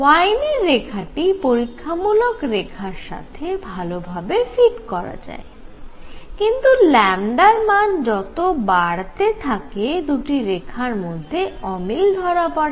ওয়েইনের রেখাটি পরীক্ষামূলক রেখার সাথে ভাল ভাবে ফিট করা যায় কিন্তু ল্যামডা র মান যত বাড়তে থাকে দুটি রেখার মধ্যে অমিল ধরা পড়ে